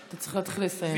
אתה צריך להתחיל לסיים.